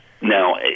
now